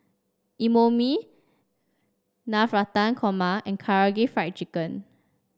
Imoni Navratan Korma and Karaage Fried Chicken